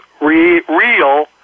real